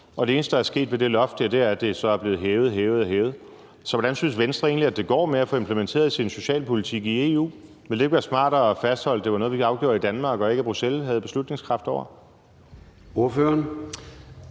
Det eneste, der er sket med det loft, er, at det så er blevet hævet og hævet. Så hvordan synes Venstre egentlig at det går med at få implementeret sin socialpolitik i EU? Ville ikke være smartere at fastholde, at det var noget, vi afgjorde i Danmark, og at det ikke var noget, Bruxelles havde beslutningskraft over? Kl.